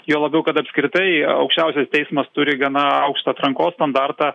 juo labiau kad apskritai aukščiausias teismas turi gana aukštą atrankos standartą